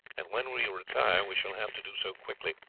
and when we retire we shall have to do so quickly.